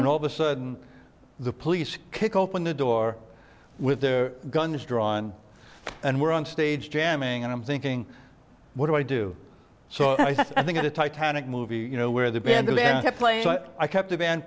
and all the sudden the police kick open the door with their guns drawn and we're on stage jamming and i'm thinking what do i do so i think a titanic movie you know where the band kept